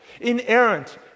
Inerrant